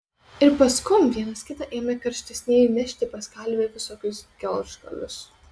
ir paskum vienas kitą ėmė karštesnieji nešti pas kalvį visokius geležgalius